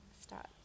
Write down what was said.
Start